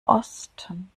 osten